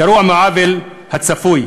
גרוע מהעוול הצפוי.